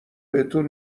بهتون